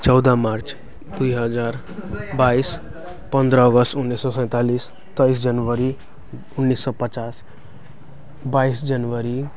चौध मार्च दुई हजार बाइस पन्ध्र अगस्ट उन्नाइस सौ सैँतालिस तेइस जनवरी उन्नाइस सौ पचास बाइस जनवरी